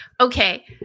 okay